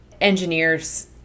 engineers